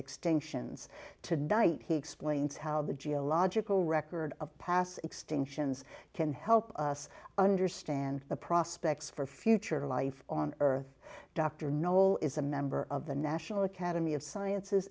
extinctions tonight he explains how the geological record of past extinctions can help us understand the prospects for future life on earth dr noll is a member of the national academy of sciences